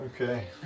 Okay